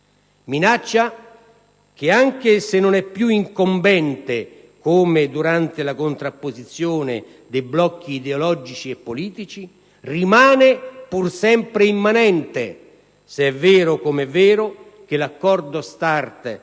minaccia che, anche se non è più incombente come durante la contrapposizione dei blocchi ideologici e politici, rimane pur sempre immanente, se è vero, com'è vero, che l'accordo START